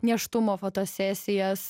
nėštumo fotosesijas